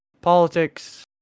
politics